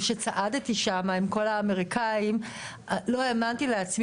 וכשצעדתי שמה עם כל האמריקאים לא האמנתי לעצמי